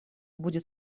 будет